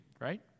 Right